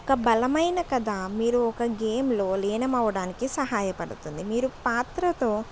ఒక బలమైన కథ మీరు ఒక గేమ్లో లీనం అవ్వడానికి సహాయపడుతుంది మీరు పాత్రతో